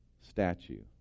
statue